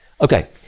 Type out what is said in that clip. Okay